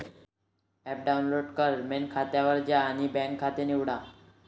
app download कर, main खात्यावर जा आणि बँक खाते निवडा